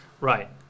Right